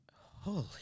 holy